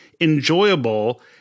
enjoyable